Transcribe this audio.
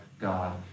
God